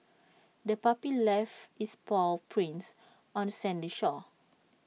the puppy left its paw prints on the sandy shore